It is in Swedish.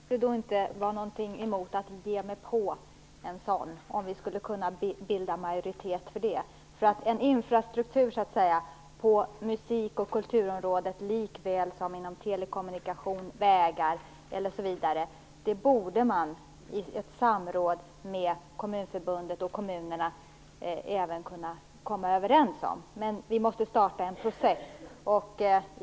Fru talman! Jag skulle då inte ha något emot att ge mig på en sådan lagstiftning om vi kunde bilda majoritet för det. En infrastruktur på musik och kulturområdet - i likhet med telekommunikation, vägar osv. - borde man i samråd med Kommunförbundet och kommunerna kunna komma överens om. Vi måste starta en process.